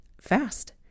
fast